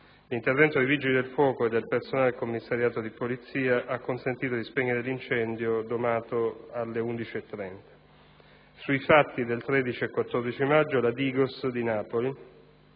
L'intervento dei vigili del fuoco e del personale del commissariato di polizia ha consentito di spegnere l'incendio, domato alle ore 11,30. Sui fatti del 13 e 14 maggio la DIGOS di Napoli